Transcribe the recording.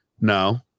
No